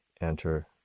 enter